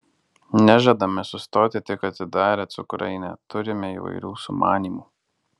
nežadame sustoti tik atidarę cukrainę turime įvairių sumanymų